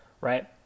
right